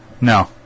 No